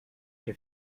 que